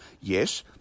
Yes